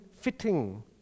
fitting